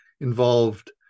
involved